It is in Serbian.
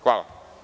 Hvala.